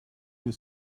you